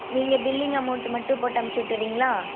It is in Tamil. நீங்கள் பில்லிங் அமௌண்ட்டு மட்டும் போட்டு அமிச்சி விட்டுறீங்ளா